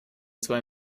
zwei